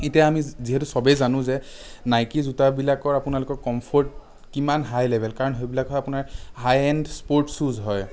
এতিয়া আমি যি যিহেতু চবেই জানো যে নাইকীৰ জোতাবিলাকৰ আপোনালোকৰ কম্ফ'ৰ্ট কিমান হাই লেভেল কাৰণ সেইবিলাক হয় আপোনাৰ হাই এণ্ড স্প'ৰ্টছ শ্বুজ হয়